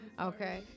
okay